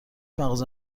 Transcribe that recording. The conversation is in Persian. مغازه